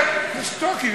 אתכם, תשתוק.